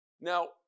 Now